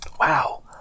wow